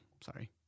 sorry